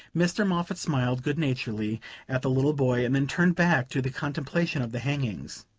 mr. moffatt smiled good-naturedly at the little boy and then turned back to the contemplation of the hangings.